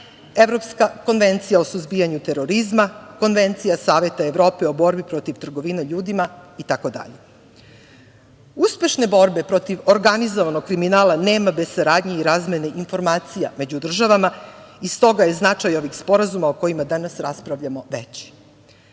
Evropska konvencija o suzbijanju terorizma, Konvencija Saveta Evrope o borbi protiv trgovine ljudima itd. Uspešne borbe protiv organizovanog kriminala nema bez saradnje i razmene informacija među državama i stoga je značaj ovih sporazuma o kojima danas raspravljamo veći.